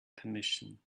permission